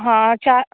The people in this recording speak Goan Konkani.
हां चा